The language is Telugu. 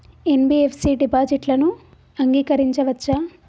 ఎన్.బి.ఎఫ్.సి డిపాజిట్లను అంగీకరించవచ్చా?